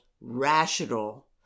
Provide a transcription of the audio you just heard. rational